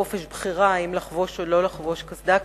חופש בחירה אם לחבוש או לא לחבוש קסדה.